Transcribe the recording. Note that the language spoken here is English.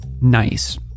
nice